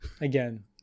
again